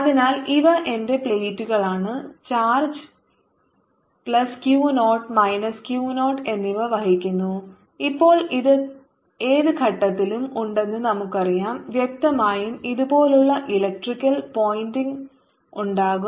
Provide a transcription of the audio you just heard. അതിനാൽ ഇവ എന്റെ പ്ലേറ്റുകളാണ് charge plus Q 0 minus Q 0 എന്നിവ വഹിക്കുന്നു ഇപ്പോൾ ഏത് ഘട്ടത്തിലും ഉണ്ടെന്ന് നമുക്കറിയാം വ്യക്തമായും ഇതുപോലുള്ള ഇലക്ട്രിക്കൽ പോയിന്റിംഗ് ഉണ്ടാകും